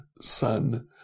son